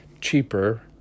cheaper